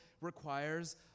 requires